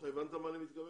אתה הבנת למה אני מתכוון?